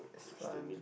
it's fun